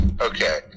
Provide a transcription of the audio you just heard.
Okay